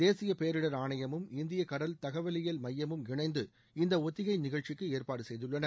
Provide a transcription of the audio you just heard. தேசிய பேரிடர் ஆணையமும் இந்திய கடல் தகவலியல் மையமும் இணைந்து இந்த ஒத்திகை நிகழ்ச்சிக்கு ஏற்பாடு செய்துள்ளன